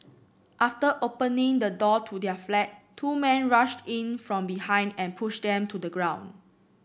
after opening the door to their flat two men rushed in from behind and pushed them to the ground